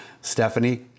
Stephanie